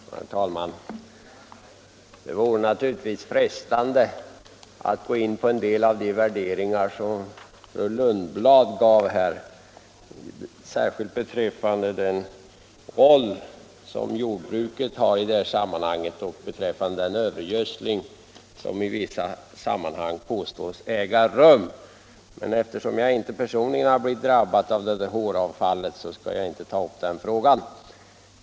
Herr talman! Det vore naturligtvis frestande att gå in på en del av de värderingar som fru Lundblad gjorde, särskilt beträffande den roll som jordbruket har i sammanhanget och den övergödsling som påstås äga rum. Eftersom jag personligen inte har blivit drabbad av det där håravfallet skall jag inte ta upp den frågan.